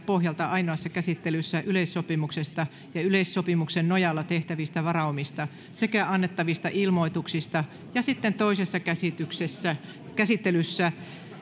pohjalta ainoassa käsittelyssä yleissopimuksesta ja yleissopimuksen nojalla tehtävistä varaumista sekä annettavista ilmoituksista jotka ilmenevät esityksen liitteestä ja sitten toisessa käsittelyssä